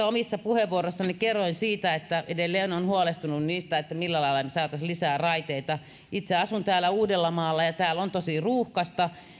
omissa puheenvuoroissani kerroin siitä että edelleen olen huolestunut siitä millä lailla me saisimme lisää raiteita itse asun uudellamaalla ja ja täällä on tosi ruuhkaista